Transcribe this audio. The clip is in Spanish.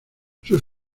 sus